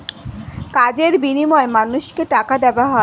কাজের বিনিময়ে মানুষকে টাকা দেওয়া হয়